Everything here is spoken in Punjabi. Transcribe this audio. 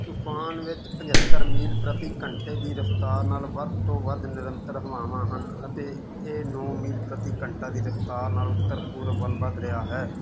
ਤੂਫ਼ਾਨ ਵਿੱਚ ਪੰਝੱਤਰ ਮੀਲ ਪ੍ਰਤੀ ਘੰਟੇ ਦੀ ਰਫ਼ਤਾਰ ਨਾਲ ਵੱਧ ਤੋਂ ਵੱਧ ਨਿਰੰਤਰ ਹਵਾਵਾਂ ਹਨ ਅਤੇ ਇਹ ਨੌਂ ਮੀਲ ਪ੍ਰਤੀ ਘੰਟਾ ਦੀ ਰਫ਼ਤਾਰ ਨਾਲ ਉੱਤਰ ਪੂਰਬ ਵੱਲ ਵੱਧ ਰਿਹਾ ਹੈ